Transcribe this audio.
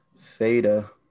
Theta